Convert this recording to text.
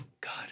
God